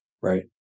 right